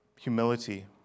humility